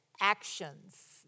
actions